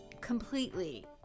completely